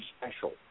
special